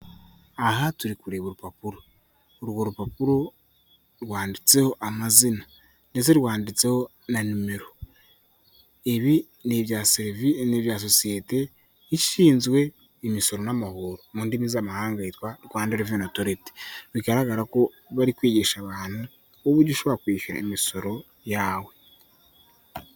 Aha turi kureba urupapuro urwo rupapuro rwanditseho amazina ndetse rwanditseho na nimero, ibi n'ibya ni ibyaya sosiyete ishinzwe imisoro n'amahoro, mu ndimi z'amahanga yitwa Rwanda Reveni Otoriti. Bigaragara ko bari kwigisha abantu uburyo ushobora kwishyura imisoro yawe.